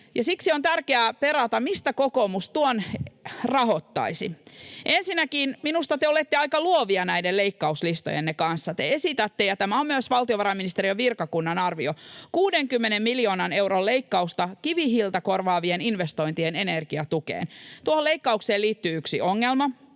siksi on tärkeää perata, mistä kokoomus tuon rahoittaisi. Ensinnäkin te olette minusta aika luovia näiden leikkauslistojenne kanssa. Te esitätte — ja tämä on myös valtiovarainministeriön virkakunnan arvio — 60 miljoonan euron leik- kausta kivihiiltä korvaavien investointien energiatukeen. Tuohon leikkaukseen liittyy yksi ongelma.